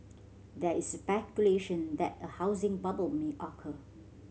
there is speculation that a housing bubble may occur